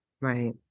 Right